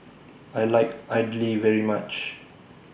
I like Idly very much